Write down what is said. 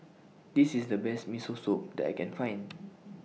This IS The Best Miso Soup that I Can Find